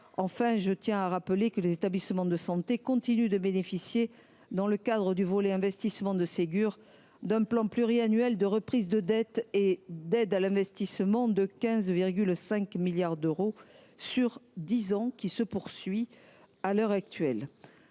Enfin, je tiens à rappeler que les établissements de santé continuent de bénéficier, dans le cadre du volet investissement du Ségur, d’un plan pluriannuel de reprise de dette et d’aide à l’investissement de 15,5 milliards d’euros sur dix ans. Madame la sénatrice